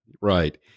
Right